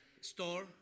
store